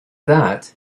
that